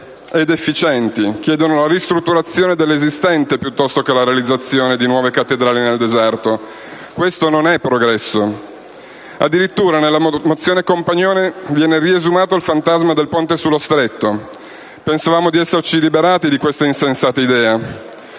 ed efficienti, chiedono ristrutturazione dell'esistente piuttosto che la realizzazione di nuove cattedrali nel deserto. Questo non è progresso! Addirittura nella mozione n. 71 del senatore Compagnone viene riesumato il fantasma del ponte sullo Stretto. Pensavamo di esserci liberati di questa insensata idea;